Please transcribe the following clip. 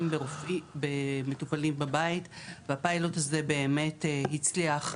במטופלים בבית והפיילוט הזה באמת הצליח.